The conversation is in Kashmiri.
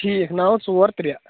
ٹھیٖک نو ژور ترٛےٚ